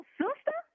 sister